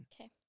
Okay